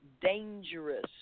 dangerous